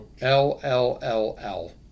L-L-L-L